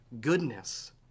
goodness